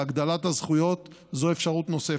והגדלת הזכויות זו אפשרות נוספת.